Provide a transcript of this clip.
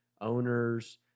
owners